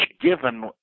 given